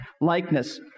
likeness